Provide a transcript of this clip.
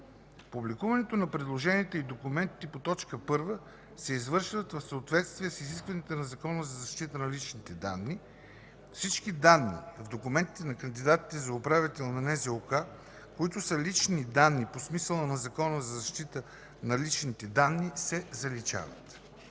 Публикуването на предложенията и документите по т. 1 се извършва в съответствие с изискванията на Закона за защита на личните данни. Всички данни в документите на кандидатите за управител на Националната здравноосигурителна каса, които са лични данни по смисъла на Закона за защита на личните данни, се заличават.